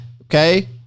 okay